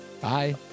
Bye